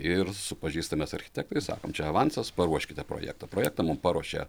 ir su pažįstamais architektais sakom čia avansas paruoškite projektą projektą paruošė